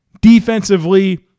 defensively